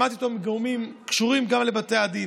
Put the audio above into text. שמעתי אותו מגורמים הקשורים גם לבתי הדין: